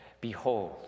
Behold